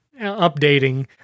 updating